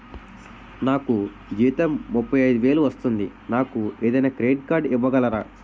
నాకు జీతం ముప్పై ఐదు వేలు వస్తుంది నాకు ఏదైనా క్రెడిట్ కార్డ్ ఇవ్వగలరా?